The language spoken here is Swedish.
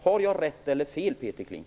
Har jag rätt eller fel, Peter Kling?